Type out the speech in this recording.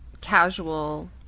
casual